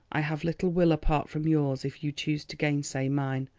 i have little will apart from yours if you choose to gainsay mine.